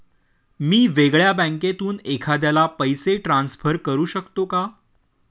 मी वेगळ्या बँकेतून एखाद्याला पैसे ट्रान्सफर करू शकतो का?